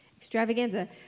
extravaganza